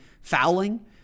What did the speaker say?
fouling